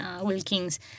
Wilkins